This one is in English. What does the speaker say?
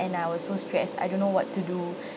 and I was so stressed I don't know what to do